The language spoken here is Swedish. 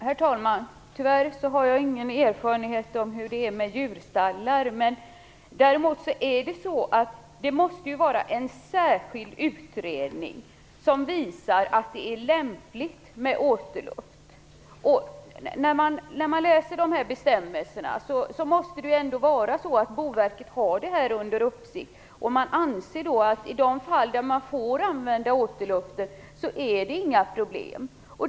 Herr talman! Tyvärr har jag ingen erfarenhet av hur det är med djurstallar, men däremot är det så att det måste vara en särskild utredning som visar att det är lämpligt med återluft. När man läser de här bestämmelserna kan man se att det måste vara så att Boverket har detta under uppsikt. Man anser att i de fall man får använda återluften finns det inga problem.